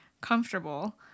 comfortable